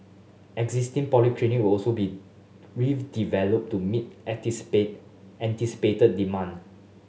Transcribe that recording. existing polyclinic will also be with developed to meet anticipated anticipated demand